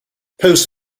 post